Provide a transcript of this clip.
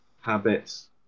habits